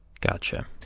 Gotcha